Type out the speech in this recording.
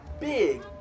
big